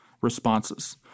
responses